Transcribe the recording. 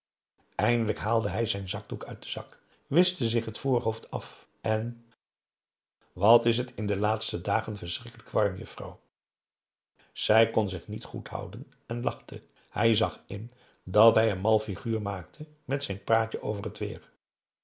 eindelijk haalde hij zijn zakdoek uit den zak wischte zich het voorhoofd af en wat is het in de laatste dagen verschrikkelijk warm juffrouw zij kon zich niet goed houden en lachte hij zag in dat hij een mal figuur maakte met zijn praatje over het weêr